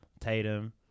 Tatum